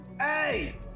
Hey